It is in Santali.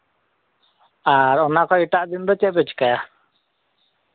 ᱟᱨ ᱚᱱᱟ ᱠᱷᱚᱱ ᱮᱴᱟᱜ ᱫᱤᱱ ᱫᱚ ᱪᱮᱫ ᱯᱮ ᱪᱤᱠᱟᱹᱭᱟ